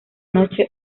noche